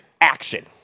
action